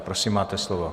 Prosím, máte slovo.